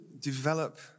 develop